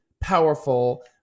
powerful